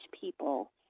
people